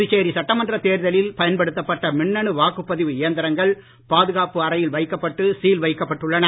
புதுச்சேரி சட்டமன்றத் தேர்தலில் பயன்படுத்தப்பட்ட மின்னணு வாக்குப்பதிவு இயந்திரங்கள் பாதுகாப்பு அறையில் வைக்கப்பட்டு சீல் வைக்கப்பட்டுள்ளன